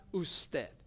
usted